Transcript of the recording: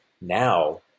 now